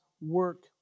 work